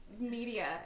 Media